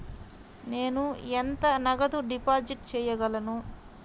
నేను ఎంత నగదు డిపాజిట్ చేయగలను?